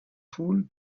foule